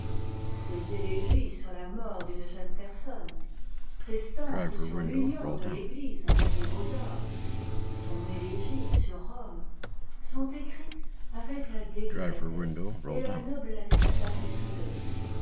ses élégies sur la mort d'une jeune personne ses stances sur l'union de l'église avec les beaux-arts son élégie sur rome sont écrites avec la délicatesse et la noblesse la plus soutenue